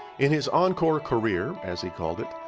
in his encore career, as he called it,